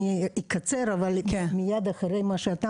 זה מאוד מתחבר למה שאמרת.